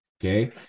Okay